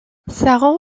saran